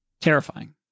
terrifying